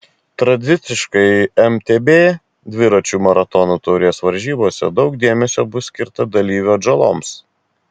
tradiciškai mtb dviračių maratonų taurės varžybose daug dėmesio bus skirta dalyvių atžaloms